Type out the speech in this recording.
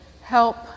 help